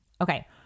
Okay